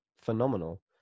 Phenomenal